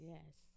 Yes